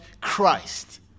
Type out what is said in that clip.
Christ